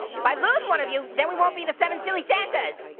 if i lose one of you then we won't be the seven silly santas.